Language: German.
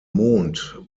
mond